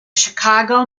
chicago